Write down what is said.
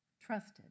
trusted